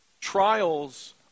trials